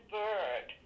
bird